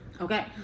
Okay